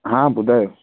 हा ॿुधायो